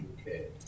Okay